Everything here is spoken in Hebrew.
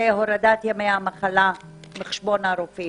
הורדת ימי המחלה מחשבונם של הרופאים.